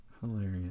Hilarious